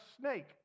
snake